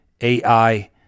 ai